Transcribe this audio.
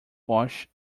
bosch